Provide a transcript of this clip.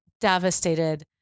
devastated